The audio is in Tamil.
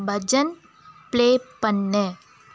பஜன் ப்ளே பண்ணு